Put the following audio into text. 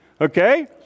Okay